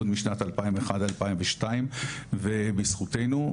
עוד משנת 2001-2002 ובזכותנו,